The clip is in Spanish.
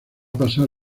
pasar